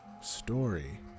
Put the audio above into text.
story